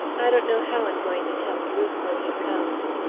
i don't know how i'm going to tell bruce when he comes.